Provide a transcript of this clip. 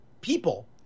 people